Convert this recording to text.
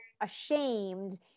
ashamed